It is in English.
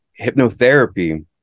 hypnotherapy